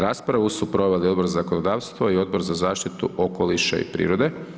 Raspravu su proveli Odbor za zakonodavstvo i Odbor za zaštitu okoliša i prirode.